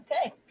Okay